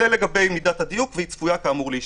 זה לגבי מידת הדיוק, והיא צפויה כאמור להשתפר.